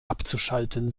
abzuschalten